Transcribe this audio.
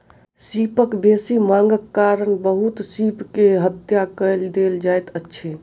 सीपक बेसी मांगक कारण बहुत सीप के हत्या कय देल जाइत अछि